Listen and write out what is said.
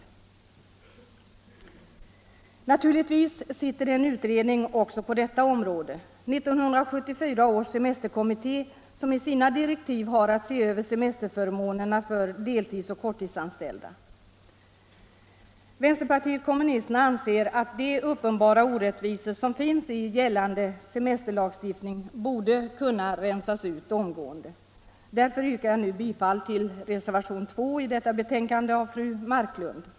Semesteroch vissa Naturligtvis arbetar en utredning också på detta område, 1974 års se — andraarbetstidsfråmesterkommitté, som enligt sina direktiv har att se över semesterför — gor månerna för deltidsoch korttidsanställda. Vänsterpartiet kommunisterna anser att de uppenbara orättvisor som finns i gällande semesterlagstiftning omedelbart borde kunna rensas ut, och därför yrkar jag nu bifall till reservationen 2 av fru Marklund.